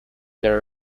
there